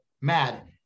mad